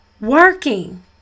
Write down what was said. working